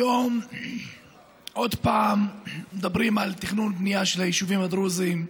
היום עוד פעם מדברים על תכנון ובנייה של היישובים הדרוזיים.